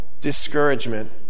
discouragement